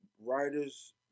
writers